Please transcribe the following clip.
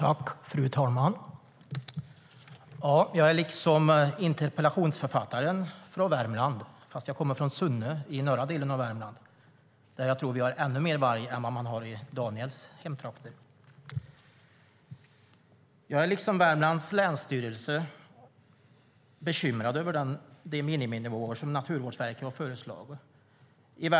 Fru talman! Jag är liksom interpellanten från Värmland, fast jag kommer från Sunne i norra delen av Värmland, där jag tror att vi har ännu mer varg än i Daniels hemtrakter. Jag är, liksom Länsstyrelsen i Värmland, bekymrad över de miniminivåer som Naturvårdsverket har föreslagit.